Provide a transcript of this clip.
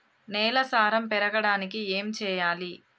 నేల సారం పెరగడానికి ఏం చేయాలి?